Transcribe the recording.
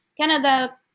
Canada